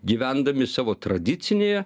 gyvendami savo tradicinėje